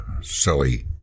silly